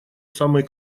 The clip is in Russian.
самой